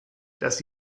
dass